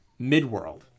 Midworld